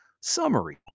summary